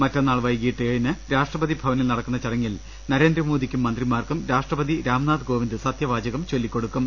മറ്റന്നാൾ വൈകീട്ട് ഏഴിന് രാഷ്ട്ര പതി ഭവനിൽ നടക്കുന്ന ചടങ്ങിൽ നരേന്ദ്രമോദിക്കും മന്ത്രിമാർക്കും രാഷ്ട്രപതി രാംനാഥ് കോവിന്ദ് സത്യവാചകം ചൊല്ലിക്കൊടുക്കും